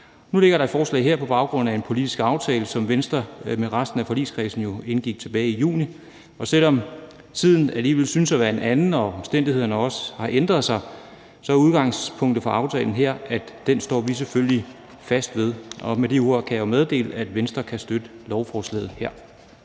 Nu ligger der et forslag her på baggrund af en politisk aftale, som Venstre med resten af forligskredsen jo indgik tilbage i juni, og selv om tiden alligevel synes at være en anden og omstændighederne også har ændret sig, er udgangspunktet aftalen her, og den står vi selvfølgelig fast ved. Og med de ord kan jeg meddele, at Venstre kan støtte lovforslaget her.